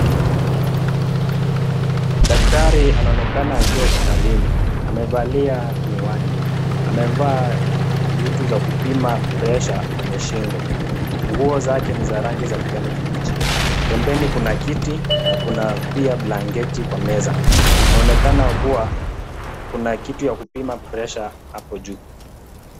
Daktari, anaonekana akiwa hospitalini. Amevalia miwani. Amevaa vitu za kupima pressure kwenye shingo. Nguo zake ni za rangi za kijani kibichi. Pembeni kuna kiti, na kuna pia blanketi kwa meza. Unaonekana kuwa kuna kitu ya kupima pressure hapo juu.